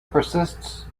persists